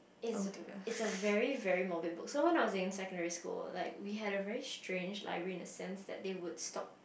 it's it's a very very morbid book so when I was in secondary school like we had a very strange library in the sense that they would stock